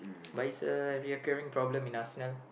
but it's a re occuring problem in Arsenal